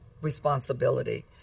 responsibility